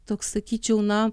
toks sakyčiau na